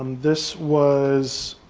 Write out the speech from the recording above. um this was,